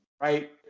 Right